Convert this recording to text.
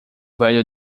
velho